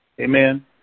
Amen